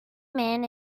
man